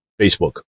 Facebook